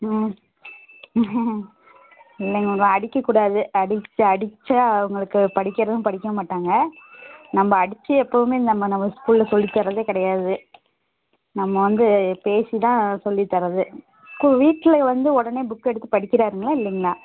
ம் இல்லைங்க அடிக்கக்கூடாது அடிச்சா அடித்தா உங்களுக்கு படிக்கிறதும் படிக்கமாட்டாங்க நம்ம அடித்து எப்பவும் நம்ம நம்ம ஸ்கூலில் சொல்லித்தர்றதே கிடையாது நம்ம வந்து பேசிதான் சொல்லித்தர்றது வீட்டில் வந்து உடனே புக்கை எடுத்துப் படிக்கிறாருங்களா இல்லைங்களா